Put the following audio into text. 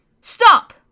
Stop